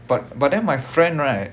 but but then my friend right